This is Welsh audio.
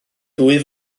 dwy